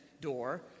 door